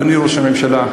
אדוני ראש הממשלה,